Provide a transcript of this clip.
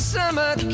Summer